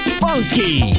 funky